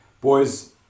Boys